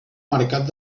mercat